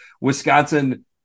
Wisconsin